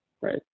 Right